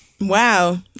Wow